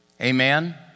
Amen